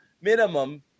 minimum